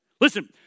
Listen